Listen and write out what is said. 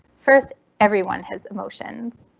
first everyone has emotions.